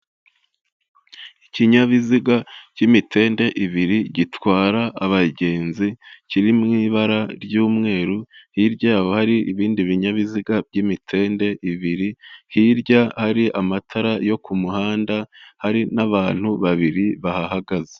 Ikinyabiziga cy'imitende ibiri gitwara abagenzi kiri mu ibara ry'umweru, hirya yabo hari ibindi binyabiziga by'imitende ibiri, hirya hari amatara yo ku muhanda, hari n'abantu babiri bahagaze.